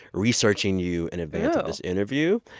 researching you in advance of this interview.